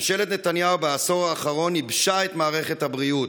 ממשלת נתניהו בעשור האחרון ייבשה את מערכת הבריאות.